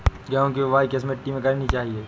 गेहूँ की बुवाई किस मिट्टी में करनी चाहिए?